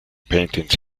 paintings